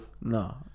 No